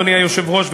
אדוני היושב-ראש,